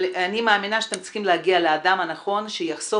אבל אני מאמינה שאתם צריכים להגיע לאדם הנכון שיחשוף